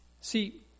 See